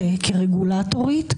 כרגולטורית,